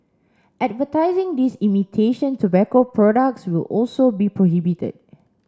advertising these imitation tobacco products will also be prohibited